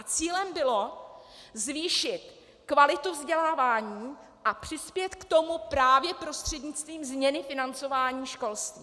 Cílem bylo zvýšit kvalitu vzdělávání a přispět k tomu právě prostřednictvím změny financování školství.